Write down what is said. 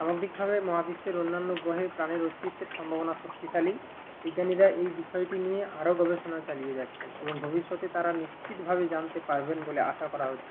সামগ্রিকভাবে মহাবিশ্বের অন্যান্য গ্রহে প্রাণের অস্তিত্বের সম্ভাবনা শক্তিশালী বিজ্ঞানীরা এই বিষয়টি নিয়ে আরও গবেষণা চালিয়ে যাচ্ছেন এবং ভবিষ্যতে তারা নিশ্চিতভাবে জানতে পারবেন বলে আশা করা হচ্চে